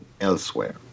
elsewhere